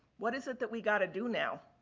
what is it that we got to do now?